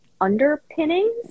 underpinnings